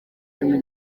cumi